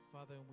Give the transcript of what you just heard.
Father